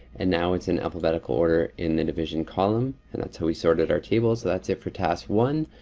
and now it's in alphabetical order in the division column, and that's how we sorted our table. so that's it for task one.